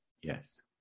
Yes